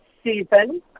Stephen